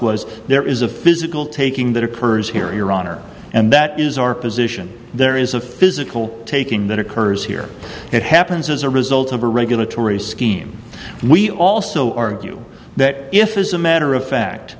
was there is a physical taking that occurs here your honor and that is our position there is a physical taking that occurs here it happens as a result of a regulatory scheme we also argue that if as a matter of fact